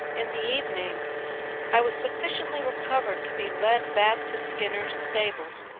in the evening i was sufficiently recovered to be led back to skinner's stables,